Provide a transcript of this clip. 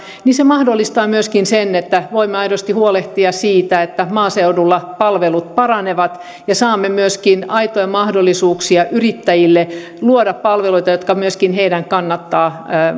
niin se mahdollistaa myöskin sen että voimme aidosti huolehtia siitä että maaseudulla palvelut paranevat ja saamme myöskin yrittäjille aitoja mahdollisuuksia luoda palveluita jotka heidän kannattaa